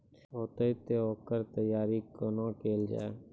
हेतै तअ ओकर तैयारी कुना केल जाय?